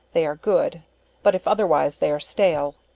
they are good but if otherwise, they are stale.